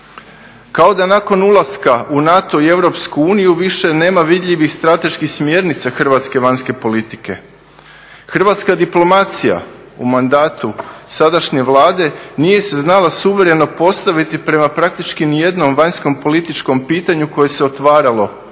kao da nakon ulaska u NATO i EU više nema vidljivih strateških smjernica hrvatske vanjske politike. Hrvatska diplomacija u mandatu sadašnje Vlade nije se znala suvereno postaviti prema nijednom vanjskopolitičkom pitanju koje se otvaralo